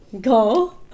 Go